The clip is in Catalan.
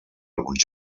alguns